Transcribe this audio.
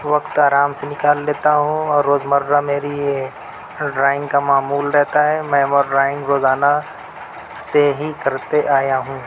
وقت آرام سے نکال لیتا ہوں اور روزمرہ میری یہ ڈرائینگ کا معمول رہتا ہے میں وہ ڈرائنگ روزانہ سے ہی کرتے آیا ہوں